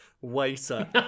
waiter